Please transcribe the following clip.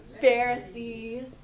Pharisees